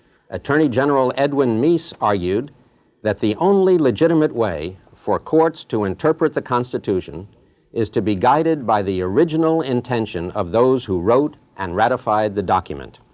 attorney general edwin meese argued that the only legitimate way for courts to interpret the constitution is to be guided by the original intention of those who wrote and ratified the document.